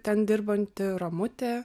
ten dirbanti ramutė